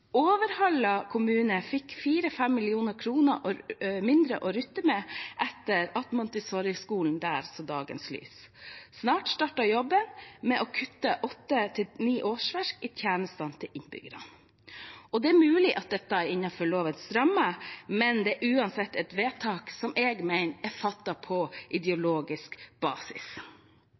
Overhalla kommune fikk 4–5 mill. kr mindre å rutte med etter at Montessoriskolen der så dagens lys. Snart starter jobben med å kutte åtte–ni årsverk i tjenestene til innbyggerne. Det er mulig at dette er innenfor lovens rammer, men det er uansett et vedtak som jeg mener er fattet på ideologisk basis.